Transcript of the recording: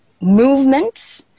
movement